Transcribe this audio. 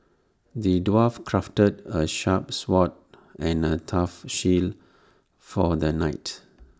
the dwarf crafted A sharp sword and A tough shield for the knight